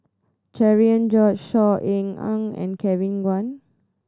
Cherian George Saw Ean Ang and Kevin Kwan